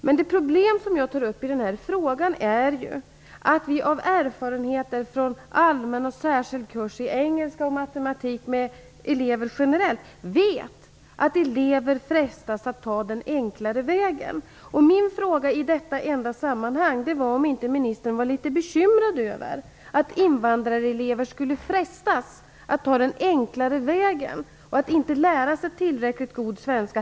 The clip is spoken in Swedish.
Men det problem som jag tar upp i frågan är ju att vi av erfarenheter från allmän och särskild kurs i engelska och matematik för elever generellt vet att elever frestas att ta den enklare vägen. Min fråga i detta sammanhang var om inte ministern var litet bekymrad över att invandrarelever skulle frestas att ta den enklare vägen och inte lära sig tillräckligt god svenska.